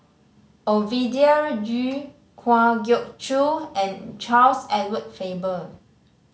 Ovidia Yu Kwa Geok Choo and Charles Edward Faber